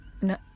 No